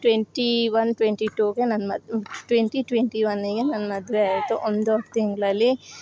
twenty one twenty ಟೂಗೆ ನನ್ನ ಮದುವೆ ಟ್ವೆಂಟಿ ಟ್ವೆಂಟಿ ಒನ್ಗೆ ನನ್ನ ಮದುವೆ ಆಯಿತು ಒಂದು ತಿಂಗಳಲ್ಲಿ